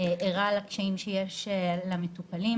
ערה לקשיים שיש למטופלים.